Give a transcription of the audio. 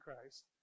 Christ